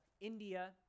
India